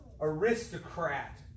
aristocrat